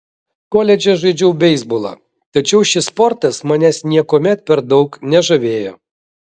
koledže žaidžiau beisbolą tačiau šis sportas manęs niekuomet per daug nežavėjo